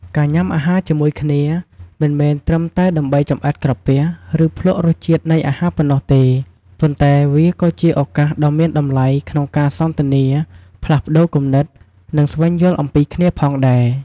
ការញ៉ាំអាហារជាមួយគ្នាមិនមែនត្រឹមតែដើម្បីចម្អែតក្រពះ ឬភ្លក្សរសជាតិនៃអាហារប៉ុណ្ណោះទេ ប៉ុន្តែវាក៏ជាឱកាសដ៏មានតម្លៃក្នុងការសន្ទនា ផ្លាស់ប្តូរគំនិត និងស្វែងយល់អំពីគ្នាផងដែរ។